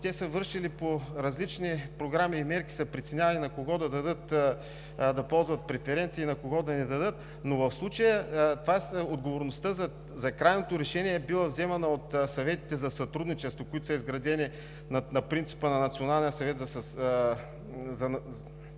те са вършили по различни програми и мерки са преценявали на кого да дадат да ползва преференции, на кого да не дадат. Но в случая отговорността за крайното решение е била вземана от Съветите за сътрудничество, които са изградени на принципа на Националния съвет за сътрудничество.